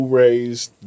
raised